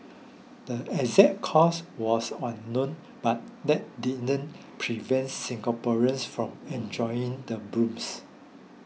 the exact cause was unknown but that didn't prevent Singaporeans from enjoying the blooms